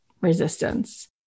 resistance